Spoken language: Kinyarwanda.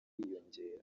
yiyongera